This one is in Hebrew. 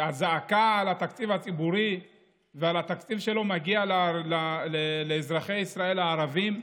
את הזעקה על התקציב הציבורי ועל התקציב שלא מגיע לאזרחי ישראל הערבים.